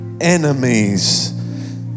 enemies